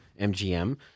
MGM